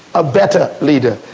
a better leader,